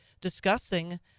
discussing